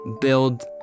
build